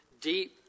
deep